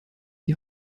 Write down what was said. die